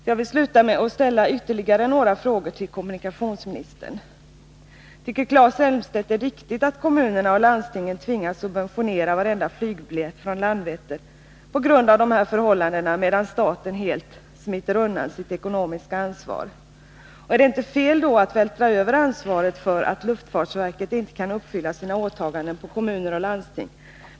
Jag vill avslutningsvis ställa ytterligare några frågor till kommunikationsministern. Tycker Claes Elmstedt att det är riktigt att kommunerna och landstinget tvingas subventionera varenda flygbiljett från Landvetter på grund av de här förhållandena, medan staten helt smiter undan sitt ekonomiska ansvar? Är det inte fel att på kommuner och landsting vältra över ansvaret för att luftfartsverket inte kan uppfylla sina åtaganden?